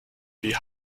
die